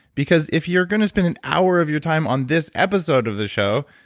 because if you're going to spend an hour of your time on this episode of the show,